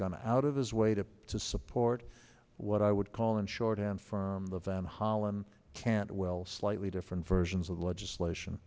gone out of his way to to support what i would call in shorthand for the van hollen can't well slightly different versions of the legislation